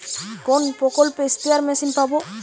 কোন প্রকল্পে spare machine পাব?